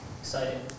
Exciting